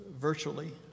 virtually